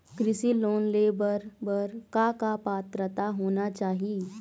कृषि लोन ले बर बर का का पात्रता होना चाही?